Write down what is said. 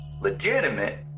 legitimate